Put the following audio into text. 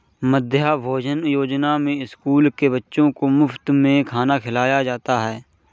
मध्याह्न भोजन योजना में स्कूल के बच्चों को मुफत में खाना खिलाया जाता है